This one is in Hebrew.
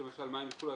למשל,